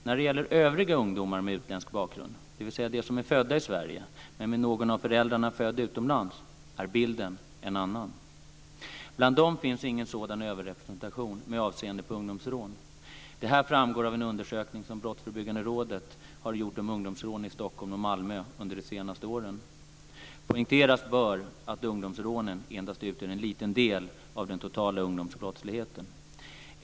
När det gäller övriga ungdomar med utländsk bakgrund, dvs. de som är födda i Sverige, men med någon av föräldrarna född utomlands, är bilden en annan. Bland dem finns ingen sådan överrepresentation med avseende på ungdomsrån. Det här framgår av en undersökning som Brottsförebyggande rådet har gjort om ungdomsrån i Stockholm och Malmö under de senaste åren. Poängteras bör att ungdomsrånen endast utgör en liten del av den totala ungdomsbrottsligheten.